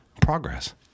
progress